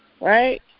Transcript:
Right